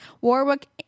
Warwick